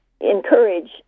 encourage